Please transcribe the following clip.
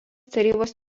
tarybos